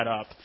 up